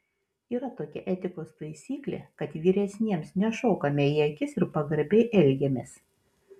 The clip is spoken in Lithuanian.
yra tokia etikos taisyklė kad vyresniems nešokame į akis ir pagarbiai elgiamės